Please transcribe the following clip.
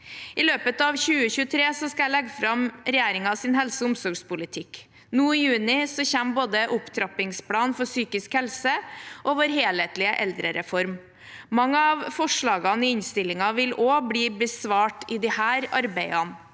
I løpet av 2023 skal jeg legge fram regjeringens helse- og omsorgspolitikk. Nå i juni kommer både opptrappingsplanen for psykisk helse og vår helhetlige eldrereform. Mange av forslagene i innstillingen vil også bli besvart i disse arbeidene.